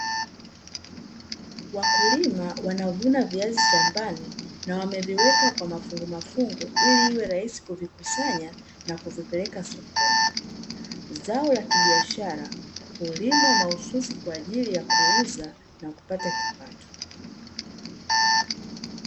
Wakulima wanavuna viazi shambani na wameviweka kwa mafungu mafungu ili iwe rahisi kuvikusanya na kuvipeleka sokoni. Zao la kibiashara hulimwa mahususi kwa ajili ya kuuza na kupata kipato.